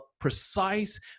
precise